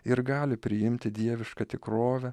ir gali priimti dievišką tikrovę